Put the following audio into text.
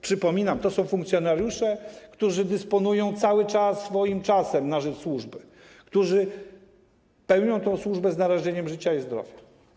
Przypominam: to są funkcjonariusze, którzy dysponują ciągle swoim czasem na rzecz służby, którzy pełnią służbę z narażeniem życia i zdrowia.